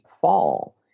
fall